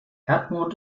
erdmond